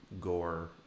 gore